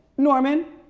norman?